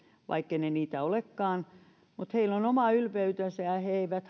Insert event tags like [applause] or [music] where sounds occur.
vaikka ne eivät niitä olekaan mutta heillä on oma ylpeytensä ja he eivät [unintelligible]